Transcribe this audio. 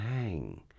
hang